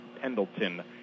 Pendleton